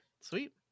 sweet